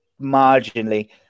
marginally